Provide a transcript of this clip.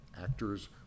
actors